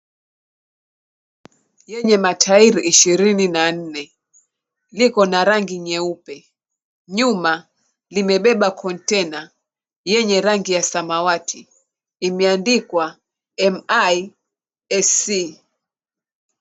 Yenye matairi ishirini na nne, liko na rangi nyeupe. Nyuma limebeba kontena yenye rangi ya samawati, imeandikwa, MISC.